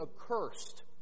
accursed